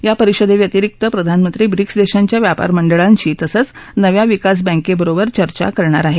या परिषदेव्यतिरिक्त प्रधानमक्ती ब्रिक्स देशाच्या व्यापार महिकाधी तसंच नव्या विकास बँकेबरोबर चर्चा करणार आहेत